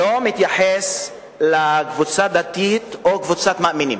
הוא לא מתייחס לקבוצה דתית או לקבוצת מאמינים.